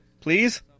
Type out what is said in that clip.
Please